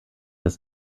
das